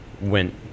went